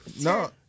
No